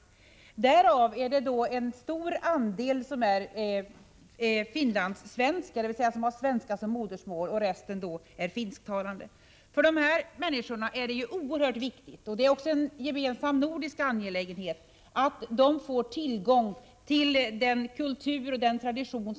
Därav är en stor andel finlandssvenskar, dvs. har svenska som modersmål. Resten är finsktalande. För dessa människor är det oerhört viktigt — och det är en gemensam nordisk angelägenhet — att de får tillgång till hemlandets kultur och tradition.